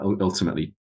ultimately